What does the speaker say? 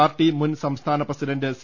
party മുൻ സംസ്ഥാന president C